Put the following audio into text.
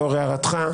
לאור הערתך,